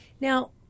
Now